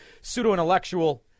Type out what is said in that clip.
pseudo-intellectual